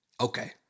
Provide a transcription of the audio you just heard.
Okay